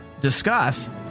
discuss